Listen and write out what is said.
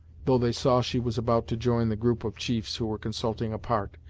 though they saw she was about to join the group of chiefs who were consulting apart,